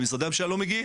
משרדי הממשלה לא מגיעים.